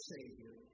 Savior